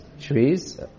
trees